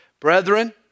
Brethren